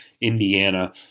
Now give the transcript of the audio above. Indiana